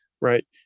Right